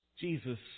Jesus